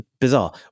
Bizarre